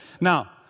Now